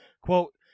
Quote